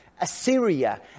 Assyria